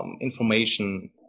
information